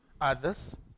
others